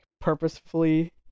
purposefully